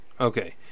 Okay